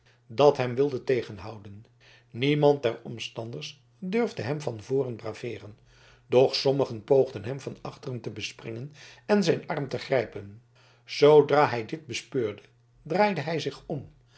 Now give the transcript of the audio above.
dat hem wilde tegenhouden niemand der omstanders durfde hem van voren braveeren doch sommigen poogden hem van achteren te bespringen en zijn arm te grijpen zoodra hij dit bespeurde draaide hij zich om